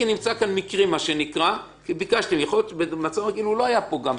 לכן שאלתי, למה שמתם את זה דווקא פה?